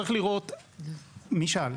מי שאל?